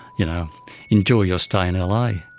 you know enjoy your stay in la.